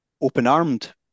open-armed